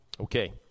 Okay